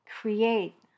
create